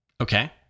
Okay